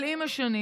אבל עם השנים,